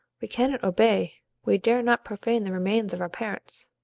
we cannot obey we dare not profane the remains of our parents.